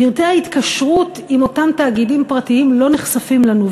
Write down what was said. פרטי ההתקשרות עם אותם תאגידים פרטיים לא נחשפים לנו,